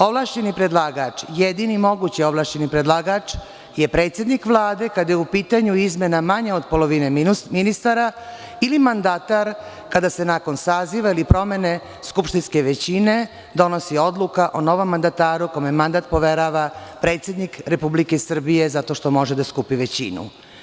Ovlašćeni predlagač, jedini mogući ovlašćeni predlagač je predsednik Vlade, kada je u pitanju izmena manje od polovine ministara ili mandatar, kada se nakon saziva ili promene skupštinske većine donosi odluka o novom mandataru kome mandat poverava predsednik Republike Srbije zato što može da skupi većinu.